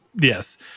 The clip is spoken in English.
yes